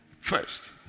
First